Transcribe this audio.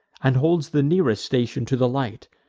and holds the nearest station to the light,